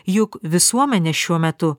juk visuomenė šiuo metu